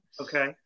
Okay